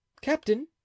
captain